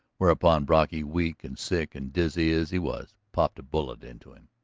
whereupon brocky, weak and sick and dizzy as he was, popped a bullet into him.